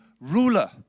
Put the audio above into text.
ruler